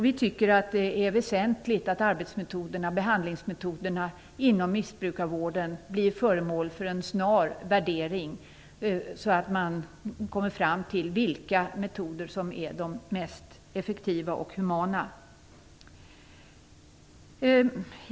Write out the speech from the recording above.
Vi tycker att det är väsentligt att arbetsmetoderna och behandlingsmetoderna inom missbrukarvården blir föremål för en snar utvärdering så att man kommer fram till vilka metoder som är de mest effektiva och humana.